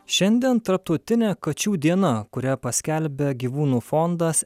šiandien tarptautinė kačių diena kurią paskelbė gyvūnų fondas